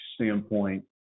standpoint